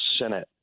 Senate